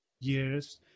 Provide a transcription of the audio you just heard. years